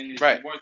Right